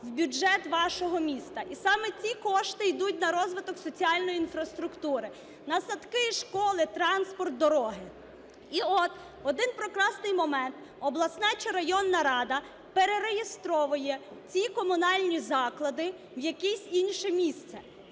в бюджет вашого міста. І саме ті кошти йдуть на розвиток соціальної інфраструктури: на садки і школи, транспорт, дороги. І от в один прекрасний момент обласна чи районна рада перереєстровує ці комунальні заклади в якесь інше місце